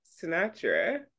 Sinatra